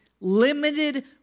limited